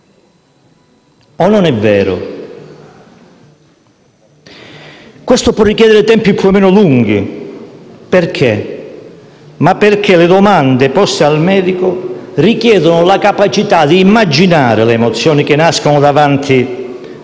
Non è vero? Questo può richiedere tempi più o meno lunghi, perché le domande poste al medico richiedono la capacità di immaginare le emozioni che nascono davanti alla